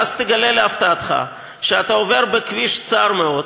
ואז תגלה להפתעתך שאתה עובר בכביש צר מאוד,